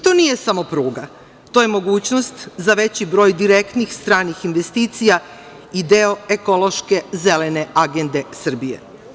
To nije samo pruga, to je mogućnost za veći broj direktnih stranih investicija i deo ekološke zelene agende Srbije.